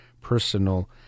personal